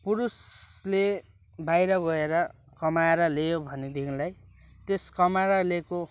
पुरुषले बाहिर गएर कमाएर ल्यायो भनेदेखिलाई त्यस कमाएर ल्याएको